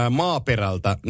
maaperältä